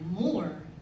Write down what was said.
more